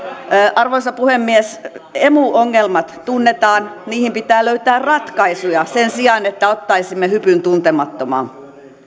arvoisa puhemies emu ongelmat tunnetaan niihin pitää löytää ratkaisuja sen sijaan että ottaisimme hypyn tuntemattomaan